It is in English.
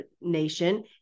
nation